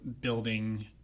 building